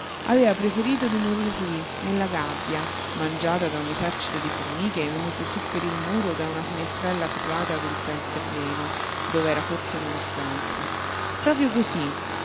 aveva preferito di morir lì nella gabbia mangiata da un esercito di formiche venute su per il muro da una finestrella ferrata del pianterreno dov'era forse una dispensa proprio così